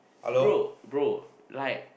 bro bro like